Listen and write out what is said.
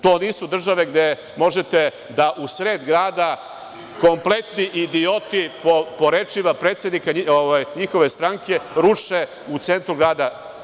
To nisu države gde možete u sred grada „kompletni idioti“ po rečima predsednika njihove stranke, da ruše u centru grada.